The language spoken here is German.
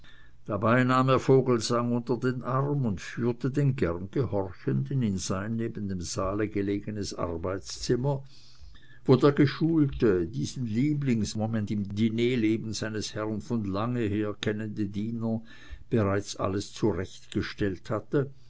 dabei nahm er vogelsang unter den arm und führte den gerngehorchenden in sein neben dem saale gelegenes arbeitszimmer wo der geschulte diesen lieblingsmoment im dinerleben seines herrn von langher kennende diener bereits alles zurechtgestellt hatte